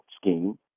scheme